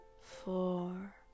four